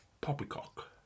Poppycock